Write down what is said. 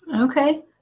Okay